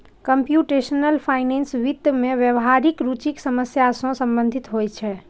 computational finance वित्त मे व्यावहारिक रुचिक समस्या सं संबंधित होइ छै